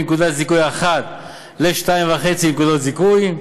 מנקודת זיכוי אחת ל-2.5 נקודות זיכוי,